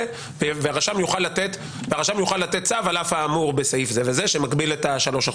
והרשם יוכל לתת צו על אף האמור בסעיף זה וזה שמגביל את ה-3%.